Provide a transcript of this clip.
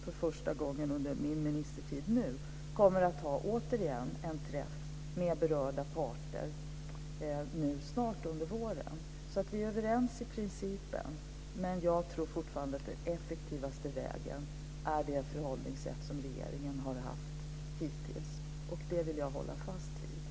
För första gången under min nuvarande ministertid kommer jag återigen att ha en träff med berörda parter nu snart under våren. Vi är alltså överens om principen, men jag tror fortfarande att den effektivaste vägen är det förhållningssätt som regeringen har haft hittills. Det vill jag hålla fast vid.